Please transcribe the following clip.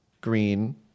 Green